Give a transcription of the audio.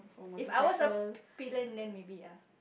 if I was a pillion then maybe ya